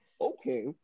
okay